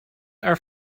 are